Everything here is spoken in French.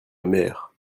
mère